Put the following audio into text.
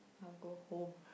I'll go home